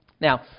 Now